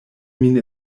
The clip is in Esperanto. min